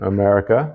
America